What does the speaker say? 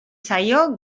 zaio